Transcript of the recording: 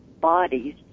bodies